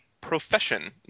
profession